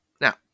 Now